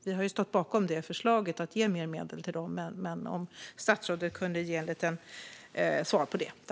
Vi stod ju bakom förslaget att ge mer medel till dem. Kan statsrådet kanske svara på detta?